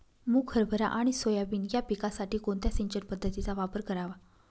मुग, हरभरा आणि सोयाबीन या पिकासाठी कोणत्या सिंचन पद्धतीचा वापर करावा?